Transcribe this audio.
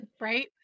right